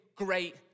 Great